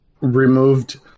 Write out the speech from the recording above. removed